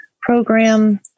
program